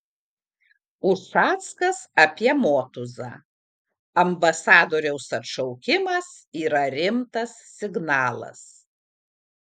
ušackas apie motuzą ambasadoriaus atšaukimas yra rimtas signalas